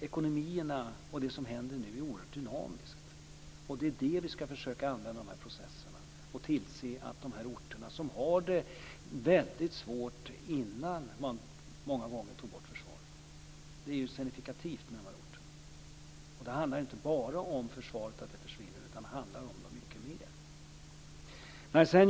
Ekonomierna och det som händer nu är oerhört dynamiskt, och vi ska genom dessa processer försöka att hjälpa de berörda orterna, som hade det väldigt svårt innan man tog bort försvaret och det var ju signifikativt för dessa orter. Det handlar inte bara om att försvaret försvinner utan det handlar om något mycket mer.